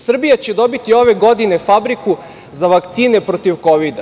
Srbija će dobiti ove godine fabriku za vakcine protiv kovida.